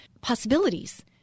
possibilities